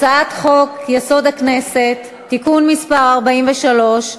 הצעת חוק-יסוד: הכנסת (תיקון מס' 43)